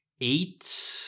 eight